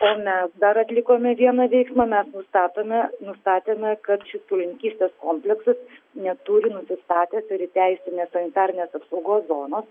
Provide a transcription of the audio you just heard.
o mes dar atlikome vieną veiksmą mes nustatome nustatėme kad ši ūkininkystės kompleksas neturi nusistatęs ir įteisinę sanitarinės apsaugos zonos